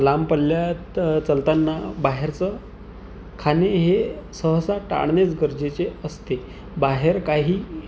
लांब पल्ल्यात चालताना बाहेरचं खाणे हे सहसा टाळणेच गरजेचे असते बाहेर काही